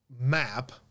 map